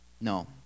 No